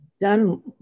done